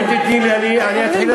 אם תתני לי אני אתחיל להסביר.